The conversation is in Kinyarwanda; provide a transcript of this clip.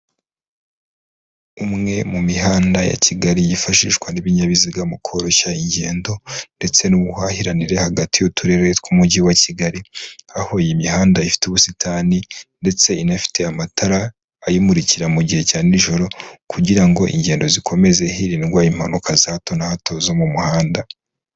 Umwe mu mihanda ya Kigali yifashishwa n'ibinyabiziga mu koroshya ingendo ndetse n'ubuhahiranranire hagati y'uturere tw'umujyi wa Kigali hahuye imihanda ifite ubusitani ndetse inafite amatara ayimurikira mu gihe cya nijoro kugira ingendo zikomeze hirindwa impanuka za hato na hato zo mu muhanda.